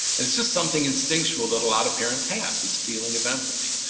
it's just something instinctual that a lot of parents have this feeling of empathy.